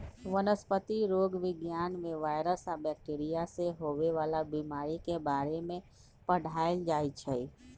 वनस्पतिरोग विज्ञान में वायरस आ बैकटीरिया से होवे वाला बीमारी के बारे में पढ़ाएल जाई छई